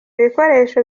bikoresho